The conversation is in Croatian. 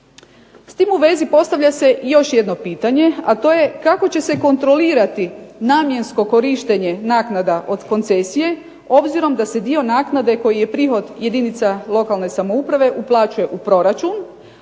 S tim u vezi postavlja se još jedno pitanje, a to je kako će se kontrolirati namjensko korištenje naknada od koncesije obzirom da se dio naknade koji je prihod jedinica lokalne samouprave uplaćuje u proračun,